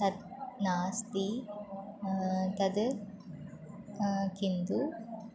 तत् नास्ति तद् किन्तु